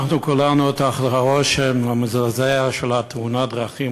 אנחנו כולנו תחת הרושם המזעזע של תאונת הדרכים